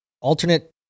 alternate